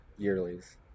yearlies